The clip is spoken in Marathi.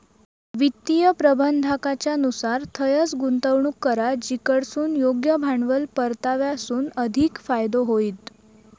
वित्तीय प्रबंधाकाच्या नुसार थंयंच गुंतवणूक करा जिकडसून योग्य भांडवल परताव्यासून अधिक फायदो होईत